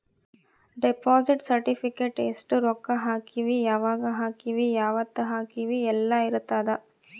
deposit certificate ಎಸ್ಟ ರೊಕ್ಕ ಹಾಕೀವಿ ಯಾವಾಗ ಹಾಕೀವಿ ಯಾವತ್ತ ಹಾಕೀವಿ ಯೆಲ್ಲ ಇರತದ